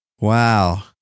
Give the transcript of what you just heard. wow